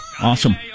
Awesome